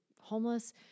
homeless